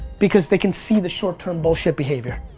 because they can see the short-term bullshit behavior.